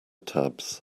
tabs